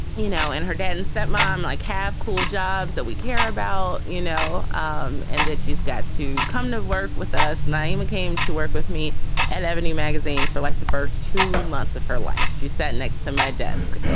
you know, and her dad and that mom like have cool jobs that we care about, you know, um and that she's got to come to work with us. nyima came to work with me at ebony magazine for like the first two months of her life. she's. that next to my desk,